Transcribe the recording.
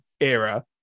era